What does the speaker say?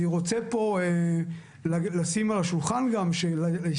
אני רוצה פה לשים על השולחן שלהסתדרות